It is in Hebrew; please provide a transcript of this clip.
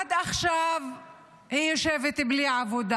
-- שעד עכשיו היא יושבת בלי עבודה